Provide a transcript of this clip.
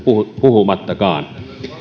puhumattakaan